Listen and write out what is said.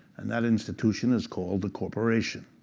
and that institution is called the corporation,